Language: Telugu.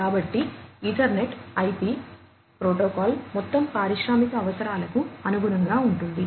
కాబట్టి ఈథర్నెట్ ఐపి ప్రోటోకాల్ మొత్తం పారిశ్రామిక అవసరాలకు అనుగుణంగా ఉంటుంది